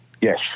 Yes